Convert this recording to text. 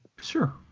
Sure